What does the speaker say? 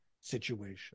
situation